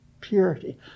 purity